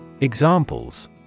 Examples